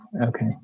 Okay